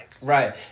Right